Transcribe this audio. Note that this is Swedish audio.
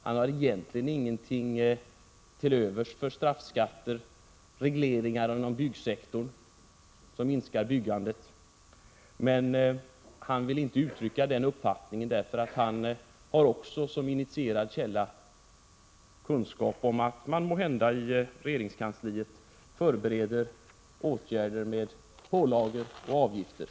Han har egentligen ingenting till övers för straffskatter och regleringar inom byggnadssektorn vilka minskar byggandet, men han vill inte ge uttryck för den uppfattningen, eftersom han från initierad källa har kunskap om att man i regeringskansliet måhända förbereder åtgärder i form av pålagor och avgifter.